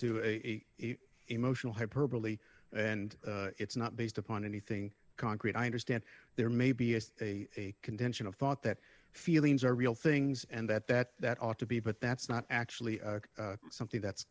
to a emotional hyperbole and it's not based upon anything concrete i understand there may be as a conventional thought that feelings are real things and that that that ought to be but that's not actually something that's